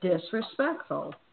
disrespectful